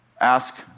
ask